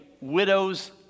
widow's